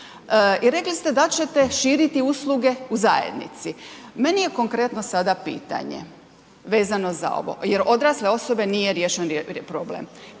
i rekli ste da ćete širiti usluge u zajednici. Meni je konkretno sada pitanje, vezano za ovo, jer odrasle osobe nije riješen problem.